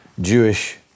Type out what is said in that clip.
Jewish